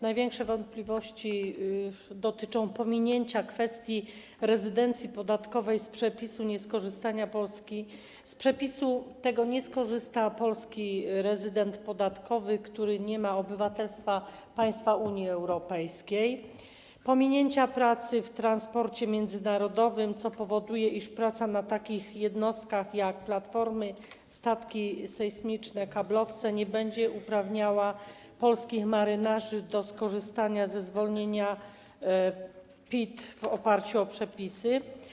Największe wątpliwości dotyczą pominięcia kwestii rezydencji podatkowej - z przepisu tego nie skorzysta polski rezydent podatkowy, który nie ma obywatelstwa państwa Unii Europejskiej - oraz pominięcia pracy w transporcie międzynarodowym, co powoduje, iż praca na takich jednostkach jak platformy, statki sejsmiczne, kablowce nie będzie uprawniała polskich marynarzy do skorzystania ze zwolnienia z PIT w oparciu o przepisy.